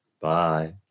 Bye